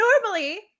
normally